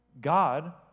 God